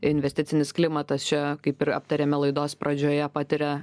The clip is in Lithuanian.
investicinis klimatas čia kaip ir aptarėme laidos pradžioje patiria